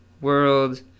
world